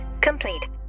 complete